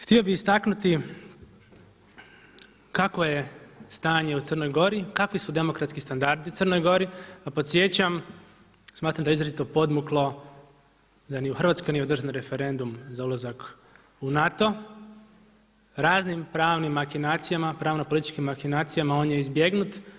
Htio bih istaknuti kako je stanje u Crnoj Gori, kakvi su demokratski standardi u Crnoj Gori, a podsjećam smatram da je izrazito podmuklo da ni u Hrvatskoj nije održan referendum za ulazak u NATO, raznim pravnim makinacijama, pravno političkim makinacijama on je izbjegnut.